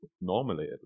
normally